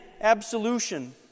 absolution